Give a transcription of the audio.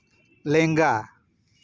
ᱞᱮᱸᱜᱟ